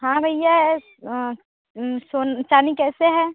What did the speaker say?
हाँ भइया चाँदी कैसे है